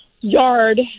yard